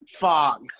fog